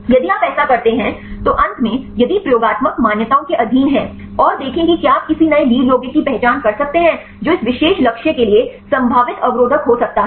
यदि आप ऐसा करते हैं तो अंत में यदि प्रयोगात्मक मान्यताओं के अधीन हैं और देखें कि क्या आप किसी नए लीड यौगिक की पहचान कर सकते हैं जो इस विशेष लक्ष्य के लिए संभावित अवरोधक हो सकता है